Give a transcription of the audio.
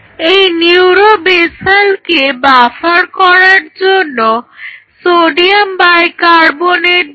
এই নিউরো বেসালকে বাফার করার জন্য সোডিয়াম বাই কার্বনেট ব্যবহার করা হয়